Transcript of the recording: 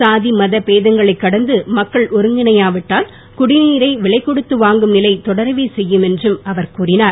சாதி மத பேதங்களை கடந்து மக்கள் ஒருங்கிணையாவிட்டால் குடிநீரை விலை கொடுத்து வாங்கும் நிலை தொடரவே செய்யும் என்றும் அவர் கூறினார்